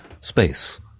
space